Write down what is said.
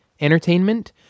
entertainment